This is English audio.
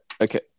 Okay